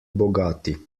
bogati